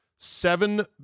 Seven